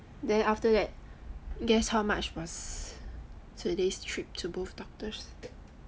then after that guess how much was today's trip to both doctors